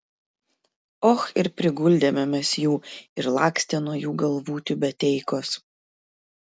och ir priguldėme mes jų ir lakstė nuo jų galvų tiubeteikos